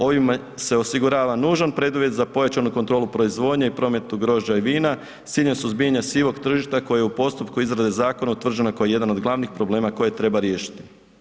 Ovime se osigurava nužan preduvjet za pojačanu kontrolu proizvodnje i prometu grožđa i vina s ciljem suzbijanja sivog tržišta koje je u postupku izrade zakona utvrđeno kao jedan od glavnih problema koje treba riješiti.